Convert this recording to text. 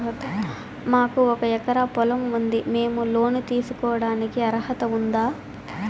మాకు ఒక ఎకరా పొలం ఉంది మేము లోను తీసుకోడానికి అర్హత ఉందా